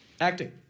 acting